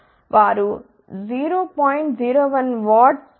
01 W power ని సిఫారసు చేస్తారు